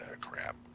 Crap